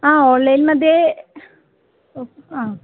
आ आन्लैन्मध्ये ओ आ